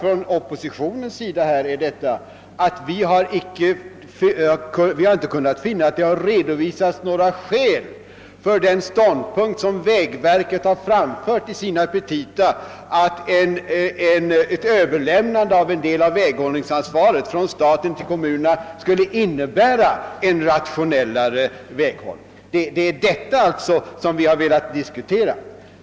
Från oppositionens sida har vi emellertid sagt att vi inte har kunnat finna att några skäl redovisats för vägverkets ståndpunkt att ett överlämnande av en del av väghållningsansvaret från staten till kommunerna skulle innebära en rationellare väghållning. Det är detta vi velat diskutera.